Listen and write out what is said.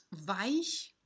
weich